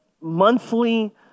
monthly